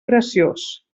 graciós